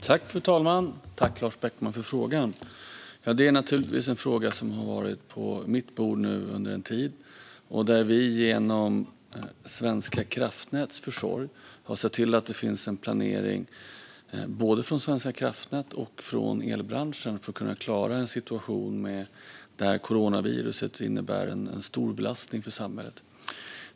Fru talman! Tack, Lars Beckman, för frågan! Detta är naturligtvis en fråga som har varit på mitt bord under en tid. Vi har genom Svenska kraftnäts försorg sett till att det finns en planering både från Svenska kraftnät och från elbranschen för att kunna klara en situation där coronaviruset innebär en stor belastning för samhället.